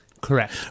correct